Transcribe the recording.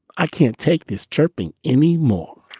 i can't take this chirping any more.